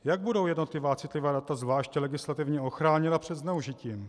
Jak budou jednotlivá citlivá data zvlášť legislativně ochráněna před zneužitím?